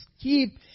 keep